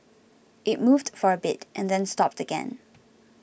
it moved for a bit and then stopped again